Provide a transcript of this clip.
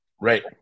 right